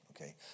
Okay